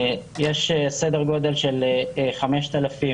יש סדר גודל של 5,000